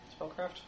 Spellcraft